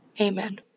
amen